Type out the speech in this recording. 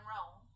Rome